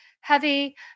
heavy